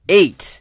eight